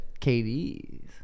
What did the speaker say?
KDs